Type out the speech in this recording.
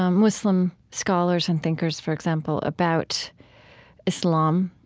ah muslim scholars and thinkers, for example, about islam,